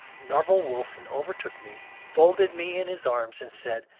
nerval wilson overtook me, folded me in his arms, and said,